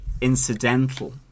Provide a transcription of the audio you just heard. incidental